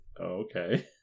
okay